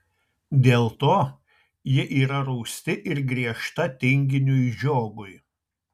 dėl to ji yra rūsti ir griežta tinginiui žiogui